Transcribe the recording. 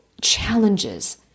challenges